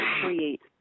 create